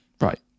Right